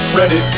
ready